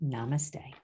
Namaste